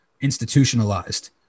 institutionalized